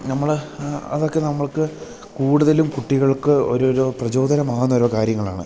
നമ്മൾ അതൊക്കെ നമ്മൾക്ക് കൂടുതലും കുട്ടികൾക്ക് ഓരോരോ പ്രചോദനമാകുന്ന ഓരോ കാര്യങ്ങളാണ്